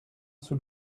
sous